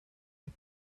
one